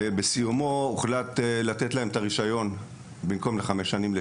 שבסיומו הוחלט לתת להם את הרישיון לשנה במקום לחמש שנים.